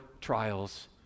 trials